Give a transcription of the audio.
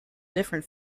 different